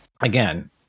Again